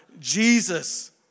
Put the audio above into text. Jesus